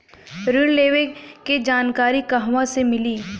ऋण लेवे के जानकारी कहवा से मिली?